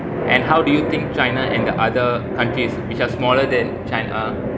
and how do you think china and the other countries which are smaller than china